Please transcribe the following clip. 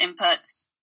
inputs